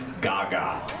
Gaga